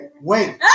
wait